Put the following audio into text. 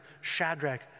Shadrach